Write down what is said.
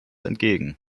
entgegen